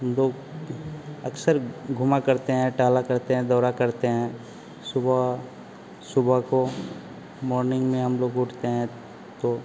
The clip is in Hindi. हम लोग अक्सर घूमा करते हैं टहला करते हैं दौड़ा करते हैं सुबह सुबह को मोर्निंग में हम लोग उठते हैं तो